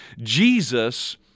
Jesus